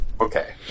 Okay